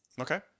Okay